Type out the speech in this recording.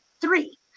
three